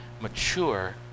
mature